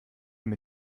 mit